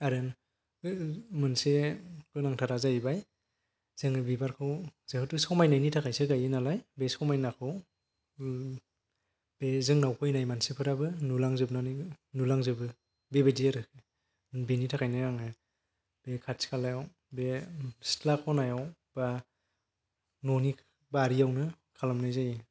आरो मोनसे गोनांथारा जाहैबाय जोङो बिबारखौ जेहायथ' समायनायनि थाखायसो गायो नालाय बे समायनायखौ आह बे जोंनाव फैनाय मानसिफ्राबो नुलांजोबनानैबो नुलांजोबो बेबायदि आरो बेनि थाखायनो आङो बि खाथि खालायाव बे सिथला खनायाव बा न'नि बारियावनो खालामनाय जायो